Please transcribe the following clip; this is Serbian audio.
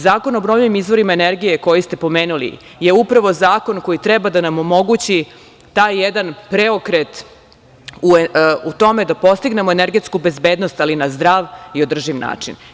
Zakon o obnovljivim izvorima energije koji ste pomenuli je upravo zakon koji treba da nam omogući taj jedan preokret u tome da postignemo energetsku bezbednost, ali na zdrav i održiv način.